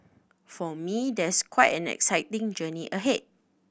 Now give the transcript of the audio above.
for me there's quite an exciting journey ahead